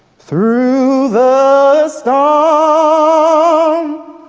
through the storm, um